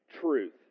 truth